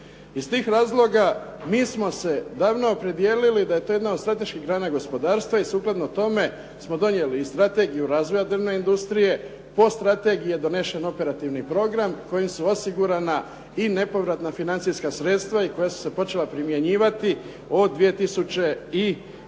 Iz tih razloga mi smo se davno opredijelili da je to jedna od strateških grana gospodarstva i sukladno tome smo donijeli i strategiju razvoja drvne industrije, po strategiji je donesen operativni program kojim su osigurana i nepovratna financijska sredstva i koja su se počela primjenjivati od 2007.